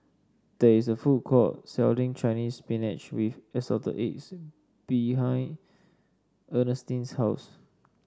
there is a food court selling Chinese Spinach with Assorted Eggs behind Ernestine's house